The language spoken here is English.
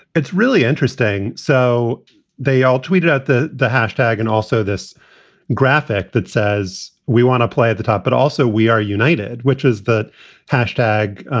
it's really interesting. so they all tweeted out the the hashtag and also this graphic that says we want to play at the top, but also we are united, which is that hashtag,